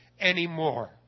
Anymore